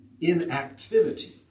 inactivity